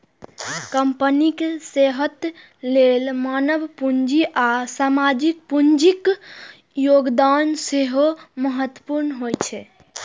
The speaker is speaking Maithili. कंपनीक सेहत लेल मानव पूंजी आ सामाजिक पूंजीक योगदान सेहो महत्वपूर्ण होइ छै